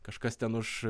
kažkas ten už